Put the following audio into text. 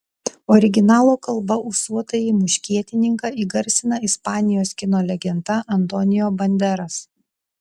originalo kalba ūsuotąjį muškietininką įgarsina ispanijos kino legenda antonio banderas